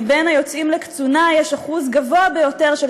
מבין היוצאים לקצונה יש אחוז גבוה ביותר של